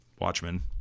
Watchmen